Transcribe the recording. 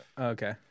Okay